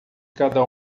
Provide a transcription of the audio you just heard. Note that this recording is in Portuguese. cada